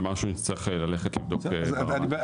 זהו משהו שנצטרך ללכת לבדוק את המורכבות,